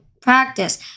practice